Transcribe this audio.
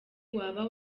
waba